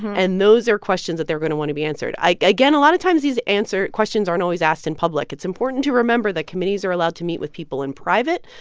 and those are questions that they're going to want to be answered again, a lot of times, these answer questions aren't always asked in public. it's important to remember that committees are allowed to meet with people in private.